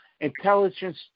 intelligence